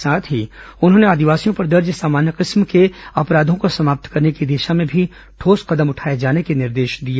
साथ ही उन्होंने आदिवासियों पर दर्ज सामान्य किस्म के अपराधों को समाप्त करने की दिशा में भी ठोस कदम उठाए जाने के निर्देश दिए